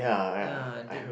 ya that